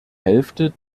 hälfte